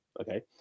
Okay